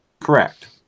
correct